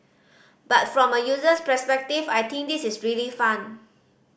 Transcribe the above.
but from a user's perspective I think this is really fun